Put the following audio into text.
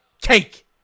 cake